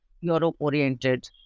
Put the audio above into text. europe-oriented